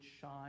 shine